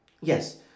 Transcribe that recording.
Yes